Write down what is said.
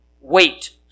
Wait